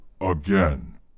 again